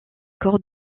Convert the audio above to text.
corps